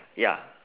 ya